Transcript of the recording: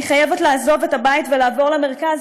אני חייבת לעזוב את הבית ולעבור למרכז,